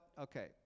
okay